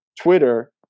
Twitter